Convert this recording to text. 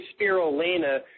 spirulina